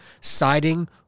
Siding